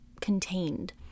contained